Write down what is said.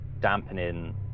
dampening